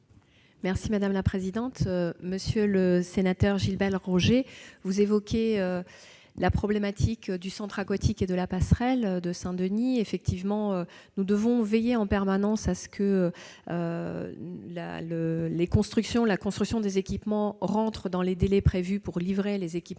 est à Mme la ministre. Monsieur le sénateur, vous évoquez la question du centre aquatique et de la passerelle de Saint-Denis. Effectivement, nous devons veiller en permanence à ce que la construction des équipements entre dans les délais prévus pour une livraison